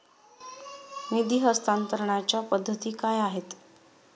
निधी हस्तांतरणाच्या पद्धती काय आहेत?